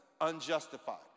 unjustified